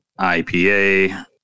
IPA